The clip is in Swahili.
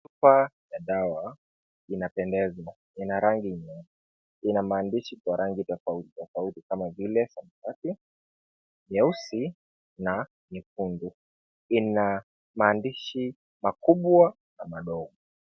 Chupa ya dawa inapendeza ina rangi. Ina maandishi kwa rangi tofauti tofauti kama vile nyeusi na nyekundu. Ina maandishi makubwa na madogo.